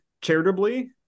charitably